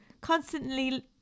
Constantly